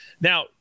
Now